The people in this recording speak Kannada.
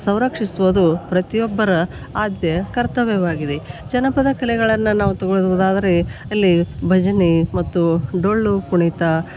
ಸಂರಕ್ಷಿಸುವುದು ಪ್ರತಿಯೊಬ್ಬರ ಆದ್ಯ ಕರ್ತವ್ಯವಾಗಿದೆ ಜನಪದ ಕಲೆಗಳನ್ನು ನಾವು ತೊಗೊಳುದಾದರೆ ಅಲ್ಲಿ ಭಜನೆ ಮತ್ತು ಡೊಳ್ಳು ಕುಣಿತ